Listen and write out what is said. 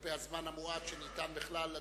כלפי הזמן המועט שניתן בכלל לדון,